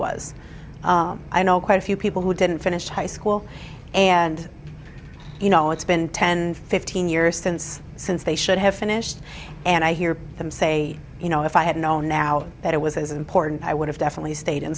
was i know quite a few people who didn't finish high school and you know it's been ten fifteen years since since they should have finished and i hear them say you know if i had known now that it was as important i would have definitely stayed in